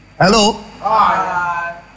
hello